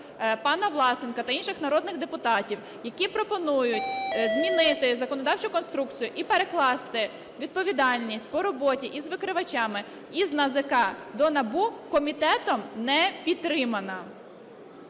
пана Власенка та інших народних депутатів, які пропонують змінити законодавчу конструкцію і перекласти відповідальність по роботі з викривачами із НАЗК до НАБУ, комітетом не підтримана.